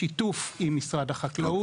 זה מסלול שמנוהל בשיתוף עם משרד החקלאות,